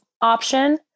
option